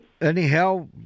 Anyhow